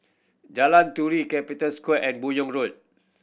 Jalan Turi Capital Square and Buyong Road